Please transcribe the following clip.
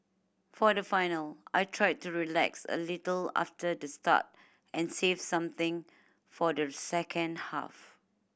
for the final I tried to relax a little after the start and save something for the second half